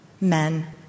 men